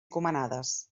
encomanades